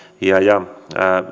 ja ja